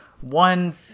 one